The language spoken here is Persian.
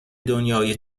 دنیای